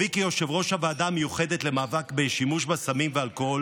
בכובעי כיושב-ראש הוועדה המיוחדת למאבק בשימוש בסמים ואלכוהול